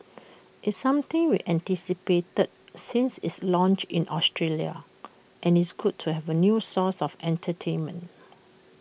it's something we anticipated since is launched in Australia and it's good to have A new source of entertainment